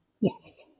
Yes